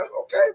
Okay